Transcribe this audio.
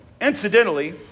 Incidentally